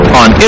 on